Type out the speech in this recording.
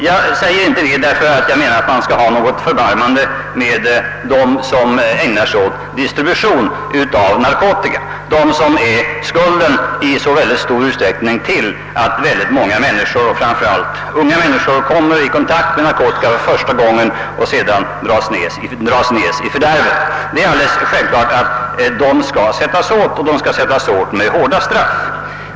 Jag säger inte det, därför att jag menar, att man skall ha något förbarmande med dem som ägnar sig åt distribution av narkotika, dem som är skulden i så stor utsträckning till att väldigt många människor, framför allt unga människor, kommer i kontakt med narkotika första gången och sedan dras ned i fördärvet. Det är självklart att de skall klämmas åt med hårda straff.